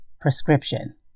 prescription